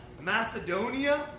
Macedonia